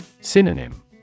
Synonym